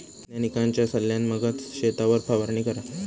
वैज्ञानिकांच्या सल्ल्यान मगच शेतावर फवारणी करा